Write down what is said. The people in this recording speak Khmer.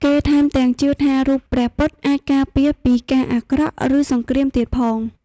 គេថែមទាំង ជឿថារូបព្រះពុទ្ធអាចការពារពីការអាក្រក់ ឬសង្រ្គាមទៀតផង។